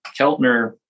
Keltner